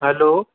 hello